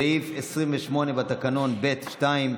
סעיף 28 בתקנון ב(2):